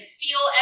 feel